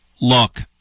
Look